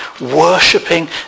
worshipping